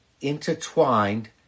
intertwined